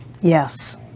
Yes